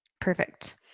Perfect